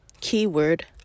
Keyword